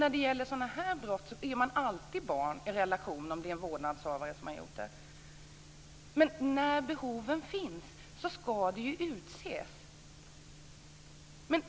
När det gäller den här typen av brott är man alltid barn om det är en vårdnadshavare som har utfört det. Om det finns behov ska en särskild företrädare utses.